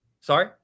Sorry